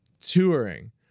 touring